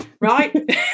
right